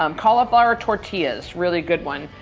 um cauliflower tortillas. really good one.